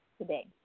today